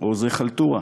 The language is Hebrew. או חלטורה?